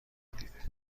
زدید